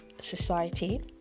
society